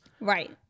Right